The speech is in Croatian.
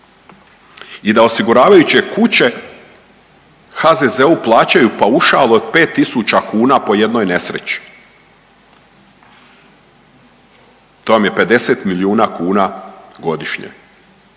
i da osiguravajuće kuće HZZO-u plaćaju paušal od 5000 kuna po jednoj nesreći. To vam je 50 milijuna kuna godišnje.